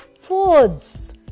foods